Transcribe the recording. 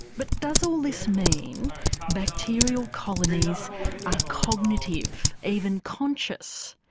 but does all this mean bacterial colonies are cognitive? even conscious?